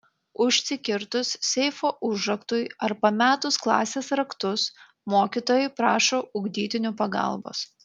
užsikirtus seifo užraktui ar pametus klasės raktus mokytojai prašo ugdytinių pagalbos